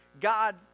God